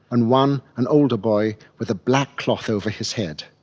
and one, an older boy, with a black cloth over his head.